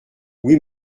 oui